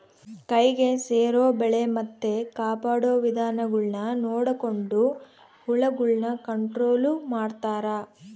ಕೈಗೆ ಸೇರೊ ಬೆಳೆ ಮತ್ತೆ ಕಾಪಾಡೊ ವಿಧಾನಗುಳ್ನ ನೊಡಕೊಂಡು ಹುಳಗುಳ್ನ ಕಂಟ್ರೊಲು ಮಾಡ್ತಾರಾ